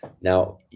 Now